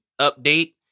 update